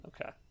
Okay